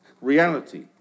Reality